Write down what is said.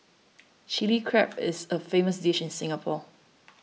Chilli Crab is a famous dish in Singapore